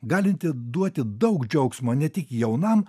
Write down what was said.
galinti duoti daug džiaugsmo ne tik jaunam